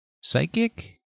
Psychic